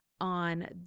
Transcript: on